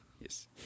Yes